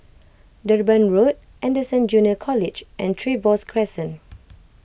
Durban Road Anderson Junior College and Trevose Crescent